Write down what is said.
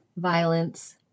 Violence